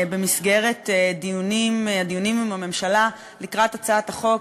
במסגרת הדיונים עם הממשלה לקראת הצעת החוק,